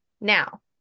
Now